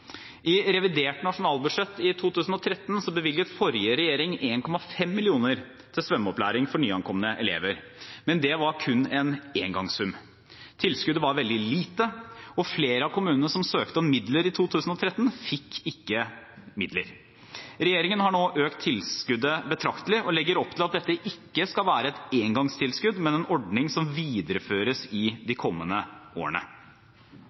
I revidert nasjonalbudsjett for 2013 bevilget forrige regjering 1,5 mill. kr til svømmeopplæring for nyankomne elever, men det var kun en engangssum. Tilskuddet var veldig lite, og flere av kommunene som søkte om midler i 2013, fikk ikke midler. Regjeringen har nå økt tilskuddet betraktelig og legger opp til at det ikke skal være et engangstilskudd, men en ordning som videreføres i de kommende årene.